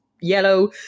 yellow